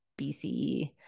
BCE